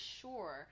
sure